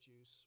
juice